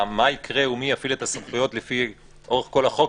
מה יקרה ומי יפעיל את הסמכויות לפי אורך כל החוק,